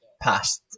past